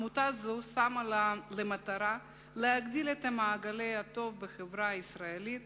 עמותה זו שמה לה למטרה להגדיל את מעגלי הטוב בחברה הישראלית